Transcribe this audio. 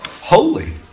holy